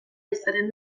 izaten